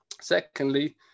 Secondly